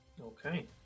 Okay